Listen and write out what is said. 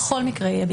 בכל מקרה יהיה,